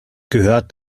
gehört